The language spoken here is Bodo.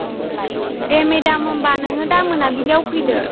औ दे दे मेडाम होनबा नोङो दा मोनाबिलियाव फैदो